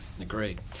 agreed